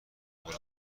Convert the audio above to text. بلند